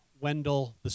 Wendell